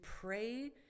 pray